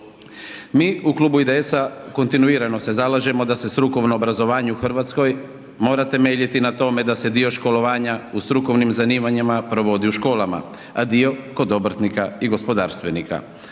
Mi u Klubu IDS-a kontinuirano se zalažemo da se strukovno obrazovanje u Hrvatskom mora temeljiti na tome da se dio školovanje u strukovnim zanimanjima provodi u školama, a dio kod obrtnika i gospodarstvenika.